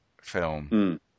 film